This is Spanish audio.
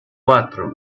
cuatro